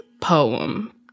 poem